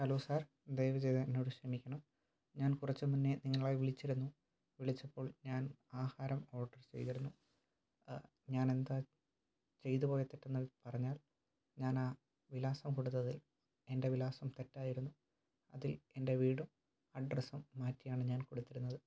hello sir ദയവുചെയ്ത് എന്നോടു ക്ഷമിക്കണം ഞാൻ കുറച്ചുമുന്നേ നിങ്ങളെ വിളിച്ചിരുന്നു വിളിച്ചപ്പോൾ ഞാൻ ആഹാരം ഓഡർ ചെയ്തിരുന്നു ഞാനെന്താ ചെയ്തുപോയാൽ തെറ്റെന്നു പറഞ്ഞാൽ ഞാനാ വിലാസം കൊടുത്തതിൽ എൻ്റെ വിലാസം തെറ്റായിരുന്നു അതിൽ എൻ്റെ വീടും അഡ്രസ്സും മാറ്റിയാണ് ഞാൻ കൊടുത്തിരുന്നത്